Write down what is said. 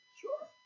Sure